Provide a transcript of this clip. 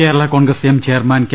Kerala Congress M chairman K